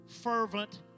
fervent